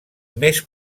més